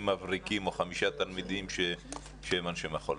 מבריקים או חמישה תלמידים שהם אנשי מחול.